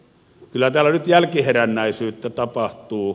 kyllä täällä nyt jälkiherännäisyyttä tapahtuu